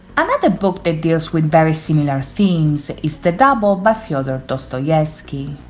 another book that deals with very similar themes is the double by fyodor dostoevsky.